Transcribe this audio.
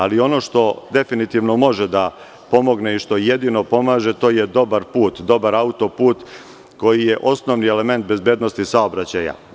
Ali, ono što definitivno može da pomogne i što jedino pomaže, to je dobar put, dobar autoput koji je osnovni element bezbednosti saobraćaja.